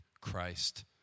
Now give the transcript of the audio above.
Christ